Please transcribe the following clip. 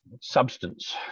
substance